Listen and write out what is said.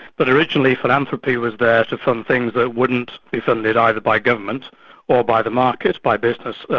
but originally philanthropy was there to fund things that wouldn't be funded either by government or by the market, by business,